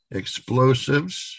explosives